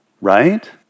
right